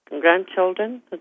grandchildren